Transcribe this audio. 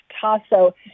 tasso